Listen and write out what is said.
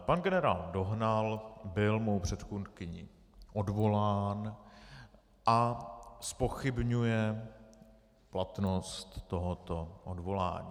Pan generál Dohnal byl mou předchůdkyní odvolán a zpochybňuje platnost tohoto odvolání.